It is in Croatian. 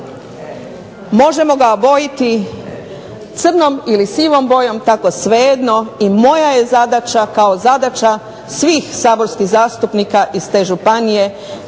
možemo ga obojiti crnom ili sivom bojom tako svejedno i moja je zadaća kao zadaća svih saborskih zastupnika iz te županije